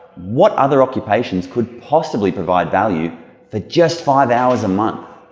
what other occupations could possibly provide value for just five hours a month?